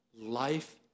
life